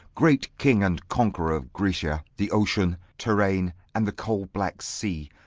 great king and conqueror of graecia, the ocean, terrene, and the coal-black sea,